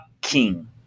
king